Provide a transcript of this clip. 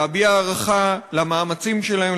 להביע הערכה למאמצים שלהם,